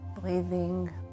Breathing